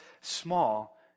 small